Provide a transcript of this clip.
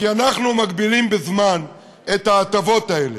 כי אנחנו מגבילים בזמן את ההטבות האלה,